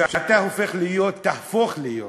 כשאתה הופך להיות, תהפוך להיות